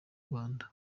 rwanda